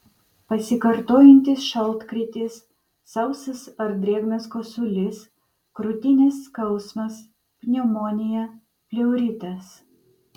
pasikartojantis šaltkrėtis sausas ar drėgnas kosulys krūtinės skausmas pneumonija pleuritas